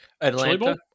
Atlanta